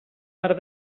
per